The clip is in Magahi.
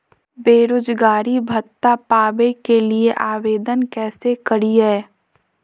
बेरोजगारी भत्ता पावे के लिए आवेदन कैसे करियय?